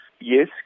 Yes